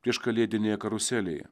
prieškalėdinėje karuselėje